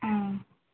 ஆ